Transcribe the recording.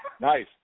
Nice